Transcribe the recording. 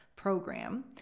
program